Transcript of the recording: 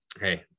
Hey